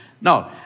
No